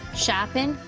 shopping,